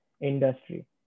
industry